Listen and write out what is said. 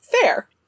fair